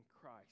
Christ